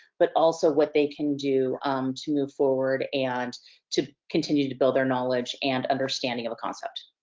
but also what they can do to move forward, and to continue to build their knowledge and understanding of a concept.